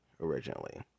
originally